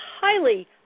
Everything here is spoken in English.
highly